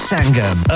Sangam